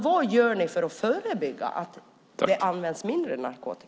Vad gör ni för att förebygga denna problematik?